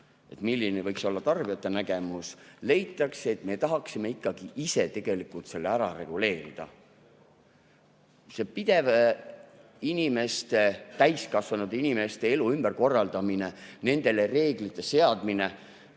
milline võiks olla tarbijate nägemus, siis leitakse, et me tahaksime ikkagi ise tegelikult selle ära reguleerida. See pidev täiskasvanud inimeste elu ümberkorraldamine, nendele reeglite seadmine